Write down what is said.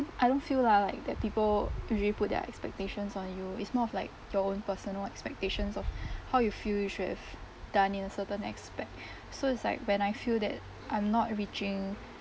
I don't feel li~ like that people usually put their expectations on you it's more of like your own personal expectations of how you feel you should have done in a certain aspect so it's like when I feel that I'm not reaching